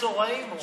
מצורעים, הוא אומר.